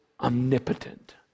omnipotent